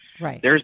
Right